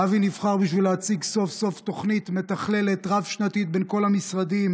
אבי נבחר בשביל להציג סוף-סוף תוכנית מתכללת רב-שנתית בין כל המשרדים,